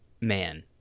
man